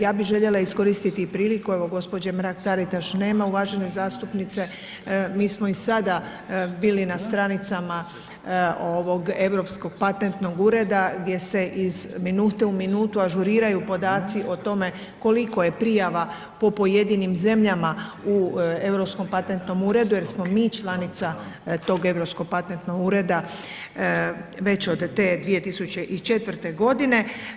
Ja bih željela iskoristi i priliku evo gospođe Mrak Taritaš nema, uvažene zastupnice, mi smo i sada bili na stranicama Europskog patentnog ureda gdje se iz minute u minutu ažuriraju podaci o tome koliko je prijava po pojedinim zemljama u Europskom patentnom uredu jer smo mi članica tog Europskog patentnog ureda već od te 2004. godine.